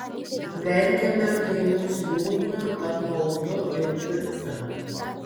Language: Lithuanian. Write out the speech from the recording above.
verkiame kai mums liūdna apmaudu ir pikta